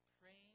praying